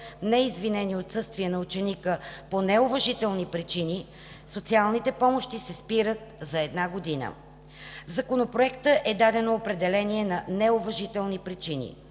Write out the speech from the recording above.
неизвинени отсъствия на ученика по неуважителни причини социалните помощи се спират за една година. В Законопроекта е дадено определение за „неуважителни причини“.